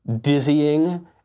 dizzying